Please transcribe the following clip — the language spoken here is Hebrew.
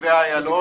נתיבי אילון